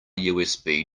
usb